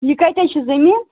یہِ کَتہِ حظ چھِ زٔمیٖن